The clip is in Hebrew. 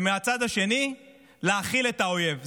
ומהצד השני להאכיל את האויב.